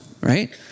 right